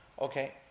Okay